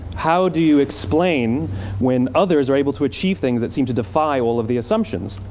how do you explain when others are able to achieve things that seem to defy all of the assumptions?